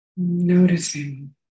Noticing